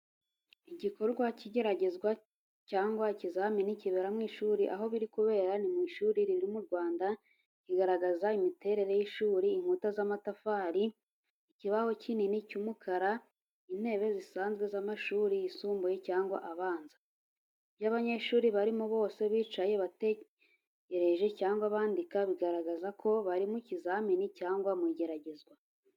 Igikorwa cy’igeragezwa cyangwa ikizamini kibera mu ishuri. Aho biri kubera ni mu ishuri riri mu Rwanda, bikagaragazwa n’imiterere y’ishuri inkuta z'amatafari, ikibaho kinini cy'umukara, intebe zisanzwe z’amashuri yisumbuye cyangwa abanza. Ibyo abanyeshuri barimo bose bicaye batekereje cyangwa bandika, bigaragaza ko bari mu kizamini cyangwa mu igeragezwa.